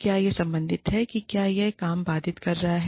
क्या यह संबंधित है कि क्या यह काम बाधित कर रहा है